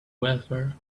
welfare